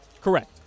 Correct